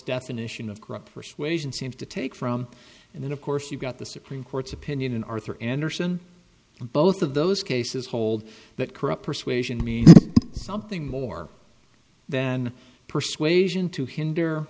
definition of group persuasion seems to take from and then of course you've got the supreme court's opinion in arthur anderson both of those cases hold that corrupt persuasion means something more than persuasion to hinder